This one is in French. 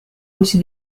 aussi